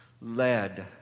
led